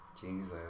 Jesus